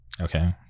okay